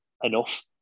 enough